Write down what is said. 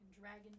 dragon